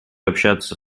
общаться